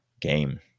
game